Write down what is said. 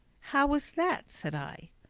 how was that? said i.